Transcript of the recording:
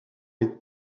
les